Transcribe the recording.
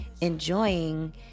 enjoying